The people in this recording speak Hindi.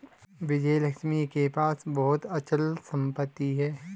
विजयलक्ष्मी के पास बहुत अचल संपत्ति है